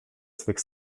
swych